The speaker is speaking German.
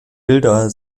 bilder